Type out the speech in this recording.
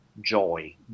joy